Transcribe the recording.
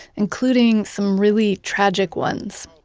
including some really tragic ones.